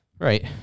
Right